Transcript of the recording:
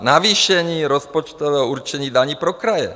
Navýšení rozpočtového určení daní pro kraje?